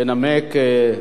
לנמק,